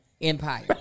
Empire